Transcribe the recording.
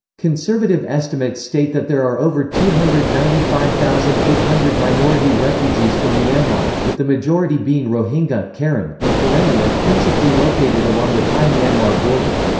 conservative estimates state that there are over two hundred and ninety five thousand eight hundred minority refugees from myanmar, with the majority being rohingya, karen, and karenni are principally located along the thai-myanmar border.